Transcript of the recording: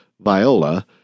Viola